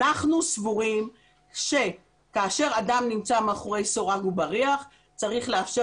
אנחנו סבורים שכאשר אדם נמצא מאחורי סורג ובריח צריך לאפשר